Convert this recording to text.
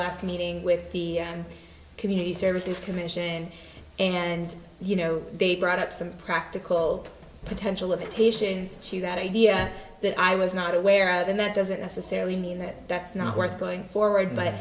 last meeting with the community services commission and you know they brought up some practical potential of a taishan to that idea that i was not aware of and that doesn't necessarily mean that that's not worth going forward but